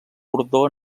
cordó